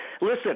Listen